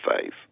faith